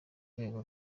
rwego